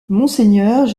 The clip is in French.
monseigneur